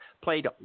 played